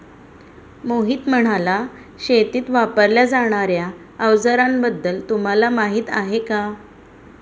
मोहित म्हणाला, शेतीत वापरल्या जाणार्या अवजारांबद्दल तुम्हाला माहिती आहे का?